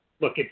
Look